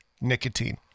nicotine